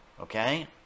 okay